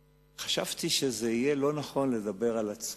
חשבתי שיהיה לא נכון לדבר על עצמי.